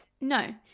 No